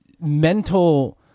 mental